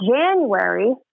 January